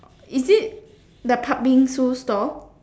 is it the Patbingsoo store